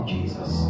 Jesus